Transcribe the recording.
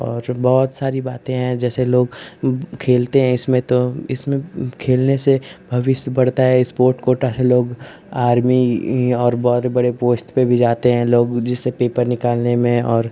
और बहुत सारी बातें हैं जैसे लोग खेलते हैं इसमें तो इसमें खेलने से भविष्य बढ़ता है स्पोट्र्स कोटा से लोग आर्मी और बहुत बड़े पोस्ट पर भी जाते हैं लोग जिससे पेपर निकालने में और